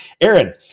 Aaron